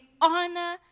honor